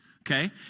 Okay